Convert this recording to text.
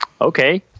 Okay